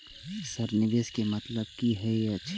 Sir निवेश के मतलब की हे छे?